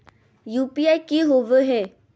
UPI की होवे हय?